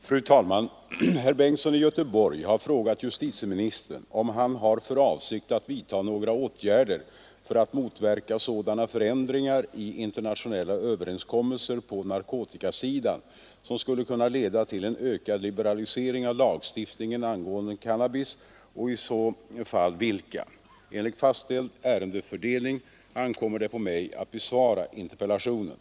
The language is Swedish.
Fru talman! Herr Bengtsson i Göteborg har frågat justitieministern om han har för avsikt att vidta några åtgärder för att motverka sådana förändringar i internationella överenskommelser på narkotikasidan, som skulle kunna leda till en ökad liberalisering av lagstiftningen angående cannabis, och i så fall vilka. Enligt fastställd ärendefördelning ankommer det på mig att besvara interpellationen.